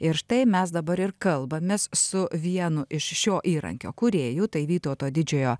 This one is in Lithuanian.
ir štai mes dabar ir kalbamės su vienu iš šio įrankio kūrėjų tai vytauto didžiojo